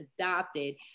adopted